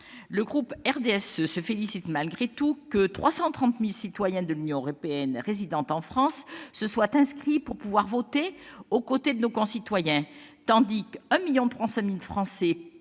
Le groupe du RDSE se félicite malgré tout que 330 000 citoyens de l'Union européenne résidant en France se soient inscrits pour pouvoir voter aux côtés de nos concitoyens, tandis que 1,35 million de Français